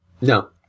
No